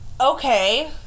Okay